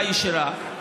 ישירה,